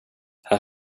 här